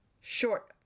Short